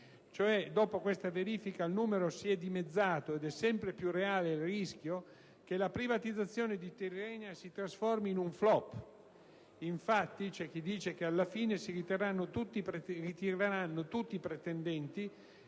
Così, dopo questa verifica, il numero si è dimezzato ed è sempre più reale il rischio che la privatizzazione di Tirrenia si trasformi in un *flop*: c'è chi dice che alla fine si ritireranno tutti i pretendenti